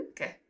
Okay